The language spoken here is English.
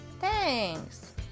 Thanks